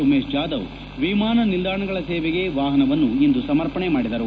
ಉಮೇಶ್ ಜಾದವ್ ವಿಮಾನ ನಿಲ್ದಾಣಗಳ ಸೇವೆಗೆ ವಾಹನವನ್ನು ಇಂದು ಸಮರ್ಪಣೆ ಮಾಡಿದರು